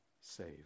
save